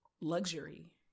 luxury